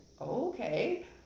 okay